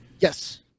Yes